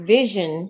vision